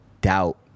doubt